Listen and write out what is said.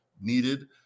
needed